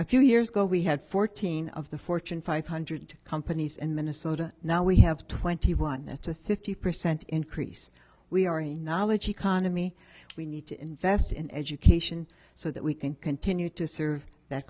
a few years ago we had fourteen of the fortune five hundred companies in minnesota now we have twenty one that's a thirty percent increase we are a knowledge economy we need to invest in education so that we can continue to